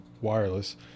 wireless